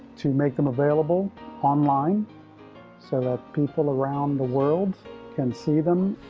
to make them available online so that people around the world can see them.